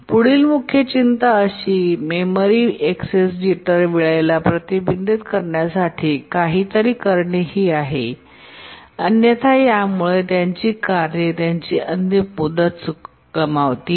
पुढील मुख्य चिंता अशी मेमरी ऍक्सेस जिटर वेळेला प्रतिबंधित करण्यासाठी काहीतरी करणे ही आहे अन्यथा यामुळे त्यांची कार्ये त्यांची अंतिम मुदत गमावतील